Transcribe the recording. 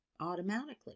automatically